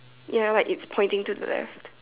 ya like it's pointing to the left